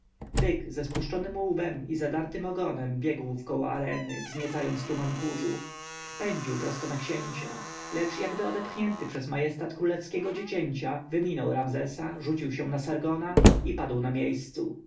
byk ze spuszczonym łbem i zadartym ogonem biegł wkoło areny wzniecając tuman kurzu pędził prosto na księcia lecz jakby odepchnięty przez majestat królewskiego dziecięcia wyminął ramzesa rzucił się na sargona i padł na miejscu